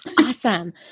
Awesome